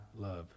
love